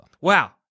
Wow